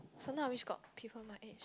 sometime I wish got people my age